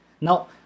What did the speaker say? Now